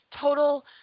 total